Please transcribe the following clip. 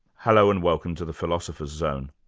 hello and welcome to the philosopher's zone,